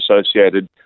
associated